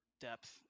depth